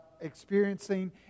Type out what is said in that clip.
experiencing